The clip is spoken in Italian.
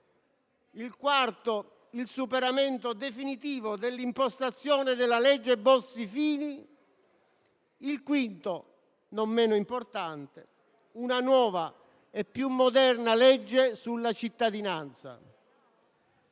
Il quarto è il superamento definitivo dell'impostazione della legge Bossi-Fini. Il quinto, non meno importante, è una nuova e più moderna legge sulla cittadinanza.